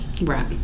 Right